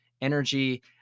energy